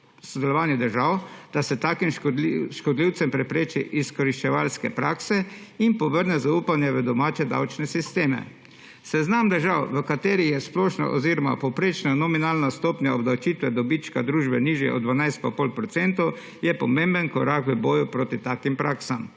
sodelovanje držav, da se takim škodljivcem prepreči izkoriščevalske prakse in povrne zaupanje v domače davčne sisteme. Seznam držav, v katerih je splošna oziroma povprečna nominalna stopnja obdavčitve dobička družbe nižja od 12,5 %, je pomemben korak v boju proti takim praksam.